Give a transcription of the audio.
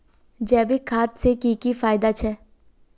जैविक खाद से की की फायदा छे?